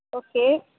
okay